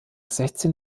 sechzehn